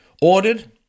ordered